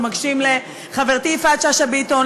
ומגשים לחברתי יפעת שאשא ביטון,